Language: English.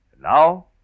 Now